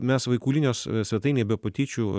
mes vaikų linijos svetainėj be patyčių